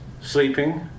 sleeping